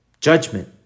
Judgment